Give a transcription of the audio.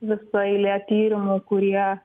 visa eilė tyrimų kurie